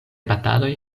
bataloj